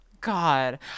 God